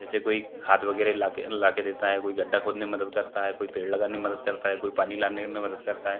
जैसे कोई खाद वगैरे लाके लाके देता है कोई गड्ढा खोदने में मदद करता है कोई पेड़ लगाने में मदद करता है कोई पानी लाने में मदद करता है